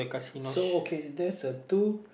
so okay there's a two